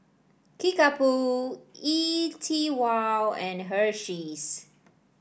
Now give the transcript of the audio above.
Kickapoo E TWOW and Hersheys